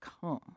come